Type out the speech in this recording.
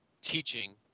teaching